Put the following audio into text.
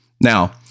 Now